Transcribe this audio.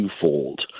twofold